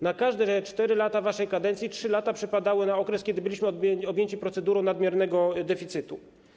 Na każde 4 lata waszej kadencji 3 lata przypadały na okres, kiedy byliśmy objęci procedurą nadmiernego deficytu.